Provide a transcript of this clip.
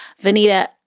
vernita,